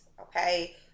okay